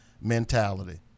mentality